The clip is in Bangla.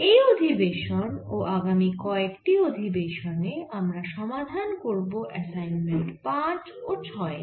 এই অধিবেশন ও আগামি কয়েকটি আধিবেশনে আমরা সমাধান করব অ্যাসাইনমেন্ট 5 ও 6 এর